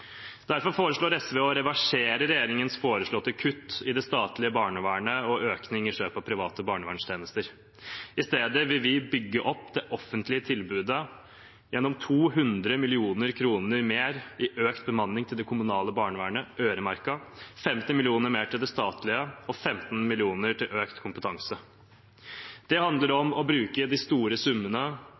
Derfor foreslår SV å reversere regjeringens foreslåtte kutt i det statlige barnevernet og økning i kjøp av private barnevernstjenester. I stedet vil vi bygge opp det offentlige tilbudet gjennom 200 mill. kr mer i økt bemanning til det kommunale barnevernet, øremerket, 50 mill. kr. mer til det statlige og 15 mill. kr til økt kompetanse. Det handler om å bruke de store summene